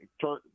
turn